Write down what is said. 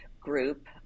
group